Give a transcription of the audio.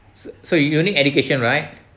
so so you need education right